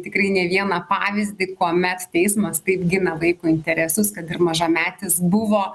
tikrai ne vieną pavyzdį kuomet teismas taip gina vaiko interesus kad ir mažametis buvo